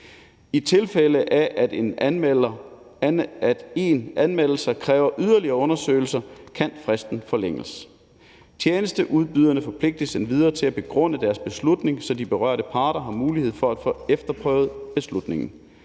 I tilfælde af at en anmeldelse kræver yderligere undersøgelse, kan fristen forlænges. Tjenesteudbyderne forpligtes endvidere til at begrunde deres beslutning, så de berørte parter har mulighed for at få efterprøvet beslutningen.